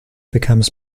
becomes